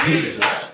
Jesus